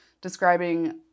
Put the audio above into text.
describing